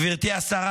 גברתי השרה,